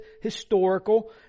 historical